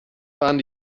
fahren